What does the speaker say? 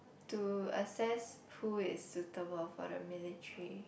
to assess who is suitable for the military